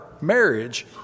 marriage